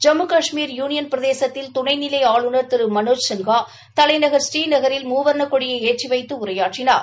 Jammu Kashmir union பிரதேசத்தில் துணைநிலை ஆளுநர் திரு மனோஜ் சின்ஹா தலைநகர் ப்ரீநகரில் மூவர்ணக்கொடியை ஏற்றி வைத்து உரையாற்றினார்